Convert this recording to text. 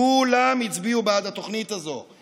כולם הצביעו בעד התוכנית הזאת,